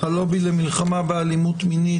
יעל שרר מהלובי למלחמה באלימות מינית,